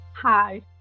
Hi